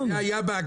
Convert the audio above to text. זה היה בהגבלה.